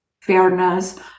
fairness